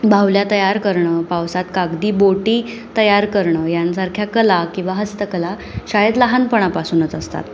बाहुल्या तयार करणं पावसात कागदी बोटी तयार करणं यांसारख्या कला किंवा हस्तकला शाळेत लहानपणापासूनच असतात